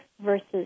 versus